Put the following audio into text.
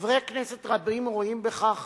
חברי כנסת רבים רואים בכך